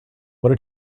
what